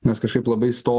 mes kažkaip labai